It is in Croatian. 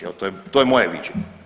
Evo to je moje viđenje.